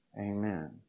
Amen